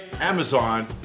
Amazon